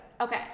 Okay